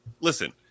Listen